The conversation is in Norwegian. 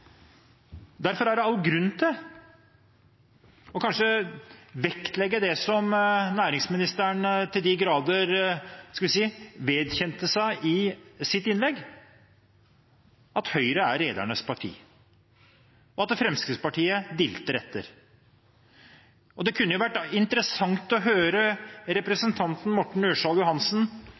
Derfor er det all grunn til å vektlegge det som næringsministeren til de grader vedkjente seg i sitt innlegg, at Høyre er redernes parti, og at Fremskrittspartiet dilter etter. Det kunne vært interessant å høre representanten Morten Ørsal Johansen